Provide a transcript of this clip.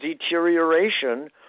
deterioration